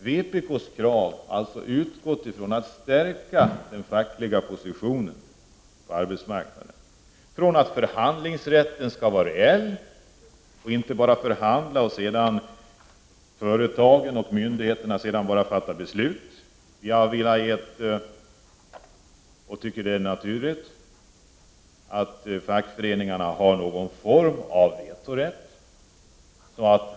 Vpk:s krav har alltså utgått från att man skall stärka den fackliga positionen på arbetsmarknaden. De har utgått från att förhandlingsrätten skall vara verklig, att man inte bara skall förhandla — och företagen och myndigheterna fattar sedan beslut. Vi tycker att det är naturligt att fackföreningarna har någon form av vetorätt.